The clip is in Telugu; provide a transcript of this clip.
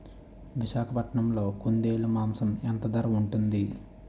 విశాఖపట్నంలో కుందేలు మాంసం ఎంత ధర ఉంటుంది?